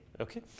okay